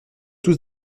tous